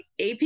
AP